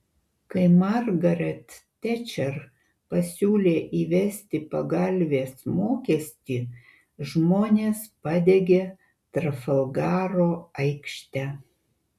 kai margaret tečer pasiūlė įvesti pagalvės mokestį žmonės padegė trafalgaro aikštę